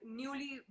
newly